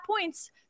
points